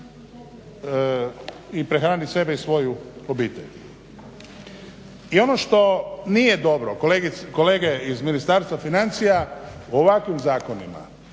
prehranit sebe i svoju obitelj. I ono što nije dobro kolege iz Ministarstva financija ovakvim zakonima